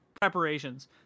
preparations